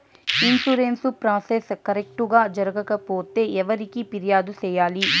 insurance process correct గా జరగకపోతే ఎవరికి ఫిర్యాదు సేయాలి